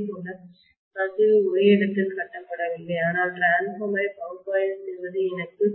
இதேபோல் கசிவு ஒரே இடத்தில் கட்டப்படவில்லை ஆனால் டிரான்ஸ்பார்மரைபகுப்பாய்வு செய்வது எனக்கு